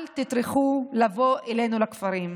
אל תטרחו לבוא אלינו לכפרים,